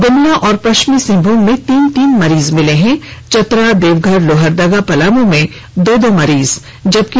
गुमला और पश्चिम सिंहभूम में तीन तीन मरीज मिले हैं चतरा देवघर लोहरदगा पलामू में दो दो मरीज मिले हैं